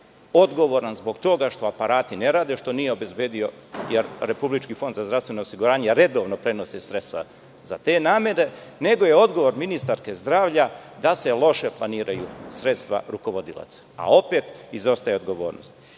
odgovoran zbog toga što aparati ne rade, što nije obezbedio, jer RFZO redovno prenosi sredstva za te namene, nego je odgovor ministarke zdravlja da se loše planiraju sredstva rukovodilaca. A, opet, izostaje odgovornost. Ista